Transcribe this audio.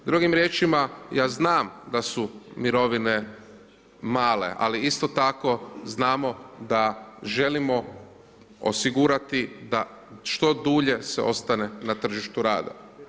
Drugim riječima, ja znam da su mirovine male a isto tako znamo da želimo osigurati da što dulje ostane na tržištu rada.